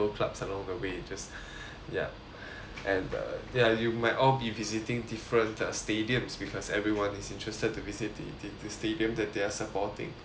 clubs along the way it just ya and uh ya you might all be visiting different uh stadiums because everyone is interested to visit the the the stadium that they are supporting